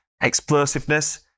explosiveness